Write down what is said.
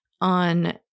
on